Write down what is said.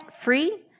free